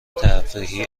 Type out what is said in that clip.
تفریحی